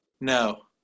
No